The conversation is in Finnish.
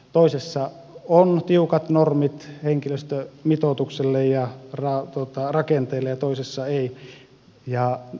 toisessa on tiukat normit henkilöstömitoituksille ja rakenteille ja toisessa ei